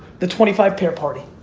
the twenty five pair party.